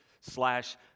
slash